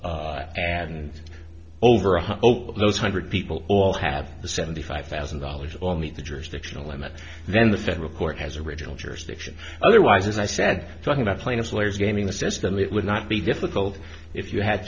and over a hope of those people all have the seventy five thousand dollars on meet the jurisdictional limit then the federal court has original jurisdiction otherwise as i said talking about plaintiff's lawyers gaming the system it would not be difficult if you had